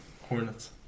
Hornets